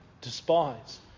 despise